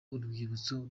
urwibutso